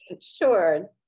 Sure